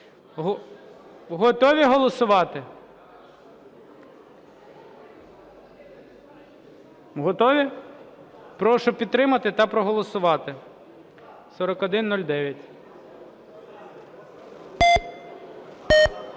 Готові голосувати? Готові? Прошу підтримати та проголосувати